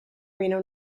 reno